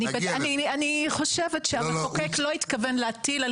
אני לא חושבת שהמחוקק התכוון להטיל על